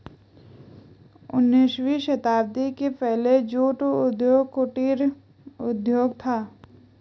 उन्नीसवीं शताब्दी के पहले जूट उद्योग कुटीर उद्योग था